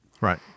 right